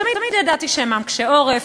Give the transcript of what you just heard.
תמיד ידעתי שהם עם קשה עורף,